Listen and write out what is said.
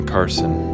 Carson